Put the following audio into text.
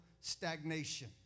stagnation